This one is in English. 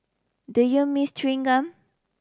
do you miss chewing gum